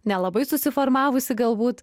nelabai susiformavusi galbūt